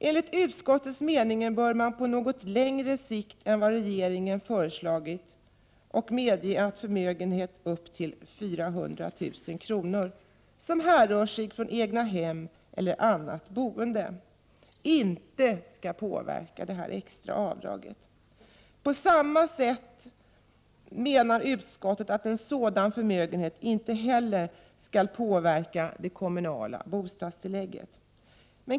Enligt utskottets mening bör man gå något längre än vad regeringen föreslagit och medge att förmögenhet upp till 400 000 kr., som härrör från egnahem eller annat boende, inte skall påverka det extra avdraget. På samma sätt menar utskottet att sådan förmögenhet inte heller skall påverka det kommunala bostadstillägget.